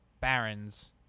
barons